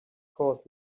course